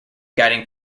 guiding